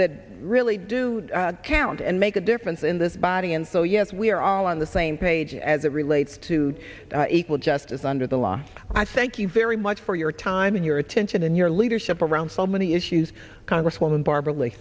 that really do count and make a difference in this body and so yes we are all on the same page as it relates to equal justice under the law i thank you very much for your time and your attention and your leadership around so many issues congresswoman barbara l